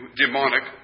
demonic